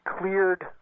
cleared